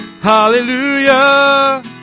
Hallelujah